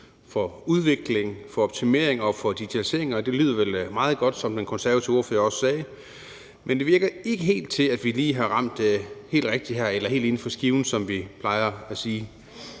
udvikling, optimering og digitalisering. Det lyder jo meget godt, som den konservative ordfører også sagde, men det virker ikke, som om vi her lige har ramt helt rigtigt – eller helt inden for skiven, som vi plejer at sige.